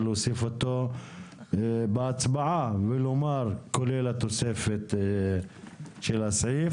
להוסיף אותו בהצבעה ולומר כולל התוספת של הסעיף.